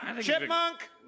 Chipmunk